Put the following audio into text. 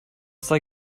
sei